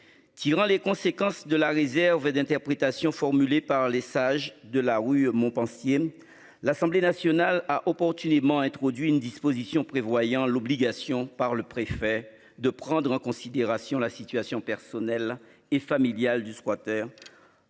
Tirant les conséquences de la réserve d'interprétation formulées par les sages de la rue Montpensier. L'Assemblée nationale a opportunément introduit une disposition prévoyant l'obligation par le préfet de prendre en considération la situation personnelle et familiale du squatteur.